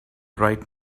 right